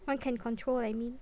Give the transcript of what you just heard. one can control I mean